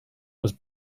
was